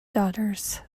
daughters